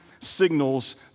signals